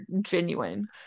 genuine